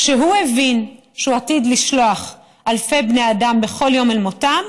כשהוא הבין שהוא עתיד לשלוח אלפי בני אדם בכל יום אל מותם,